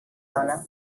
dóna